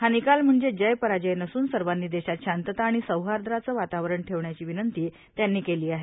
हा निकाल म्हणजे जय पराजय नसून सर्वांनी देशात शांतता आणि सौहार्दाचं वातावरण ठेवण्याची विनंती त्यांनी केली आहे